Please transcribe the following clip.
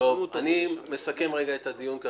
שהפרשנות --- אני מסכם את הדיון.